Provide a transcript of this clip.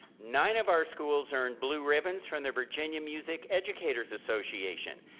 nine of our schools earned blue ribbons from the virginia music educators association.